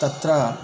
तत्र